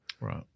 Right